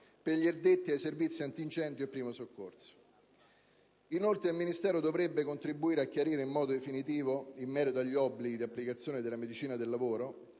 per gli addetti ai servizi antincendio e primo soccorso. Inoltre, il Ministero dovrebbe contribuire ad un chiarimento definitivo in merito agli obblighi di applicazione della medicina del lavoro